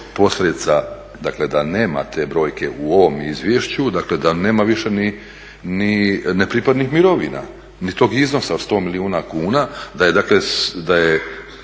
posljedica dakle da nema te brojke u ovom izvješću, dakle da nema više ni nepripadnih mirovina, ni tog iznosa od 100 milijuna. Da je Pravna